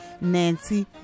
Nancy